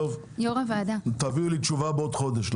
תנו לי בעניין הזה תשובה בעוד חודש.